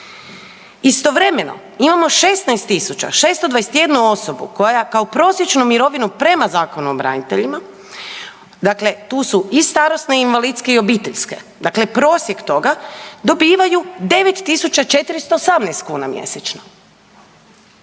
Istovremeno imamo 16.621 koja kao prosječnu mirovinu prema Zakonu o braniteljima, dakle tu su i starosne i invalidske i obiteljske, dakle prosjek toga dobivaju 9.418 kuna mjesečno.